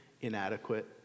inadequate